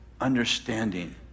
understanding